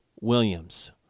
Williams